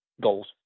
goals